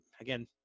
again